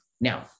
Now